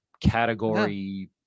category